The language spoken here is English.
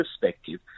perspective